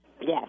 Yes